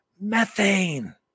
methane